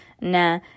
Nah